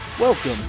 Welcome